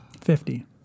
Fifty